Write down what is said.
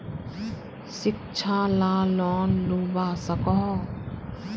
शिक्षा ला लोन लुबा सकोहो?